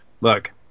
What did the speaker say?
look